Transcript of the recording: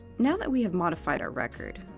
now that we have modified our record,